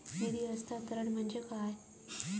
निधी हस्तांतरण म्हणजे काय?